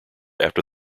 after